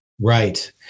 Right